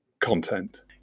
content